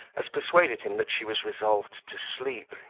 as persuaded him that she was resolved to sleep,